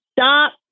Stop